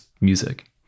music